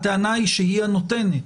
הטענה היא שהיא הנותנת,